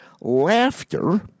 laughter